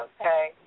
okay